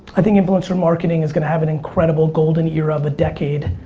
i think influencer marketing is gonna have an incredible golden era of a decade.